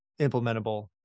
implementable